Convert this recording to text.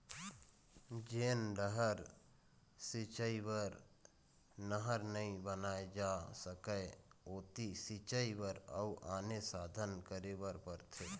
जेन डहर सिंचई बर नहर नइ बनाए जा सकय ओती सिंचई बर अउ आने साधन करे बर परथे